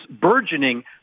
burgeoning